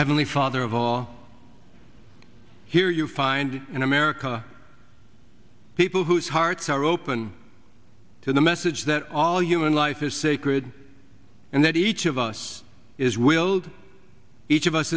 heavenly father of all here you find in america people whose hearts are open to the message that all human life is sacred and that each of us is willed each of us